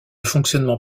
fonctionnement